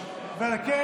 איתך פעם ראשונה.